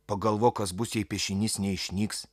pagalvok kas bus jei piešinys neišnyks